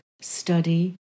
study